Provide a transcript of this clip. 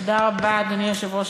אדוני היושב-ראש,